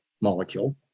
molecule